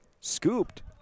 scooped